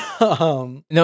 No